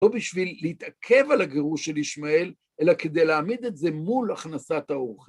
לא בשביל להתעכב על הגירוש של ישמעאל, אלא כדי להעמיד את זה מול הכנסת האוכל.